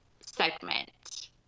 segment